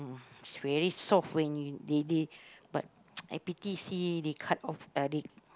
it's very soft when you they they but I pity see they cut off